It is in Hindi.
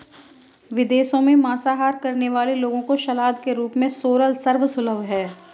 विदेशों में मांसाहार करने वाले लोगों को सलाद के रूप में सोरल सर्व सुलभ है